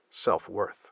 self-worth